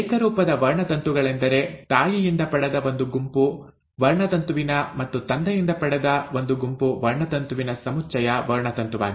ಏಕರೂಪದ ವರ್ಣತಂತುಗಳೆಂದರೆ ತಾಯಿಯಿಂದ ಪಡೆದ ಒಂದು ಗುಂಪು ವರ್ಣತಂತುವಿನ ಮತ್ತು ತಂದೆಯಿಂದ ಪಡೆದ ಒಂದು ಗುಂಪು ವರ್ಣತಂತುವಿನ ಸಮುಚ್ಚಯ ವರ್ಣತಂತುವಾಗಿದೆ